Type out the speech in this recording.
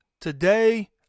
Today